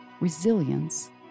Resilience